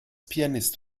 pianist